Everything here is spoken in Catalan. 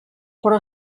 però